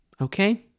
okay